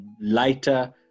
lighter